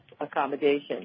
accommodation